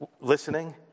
listening